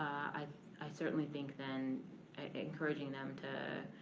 i i certainly think then encouraging them to,